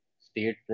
state